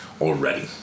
already